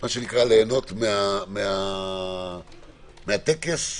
ליהנות מהטקס,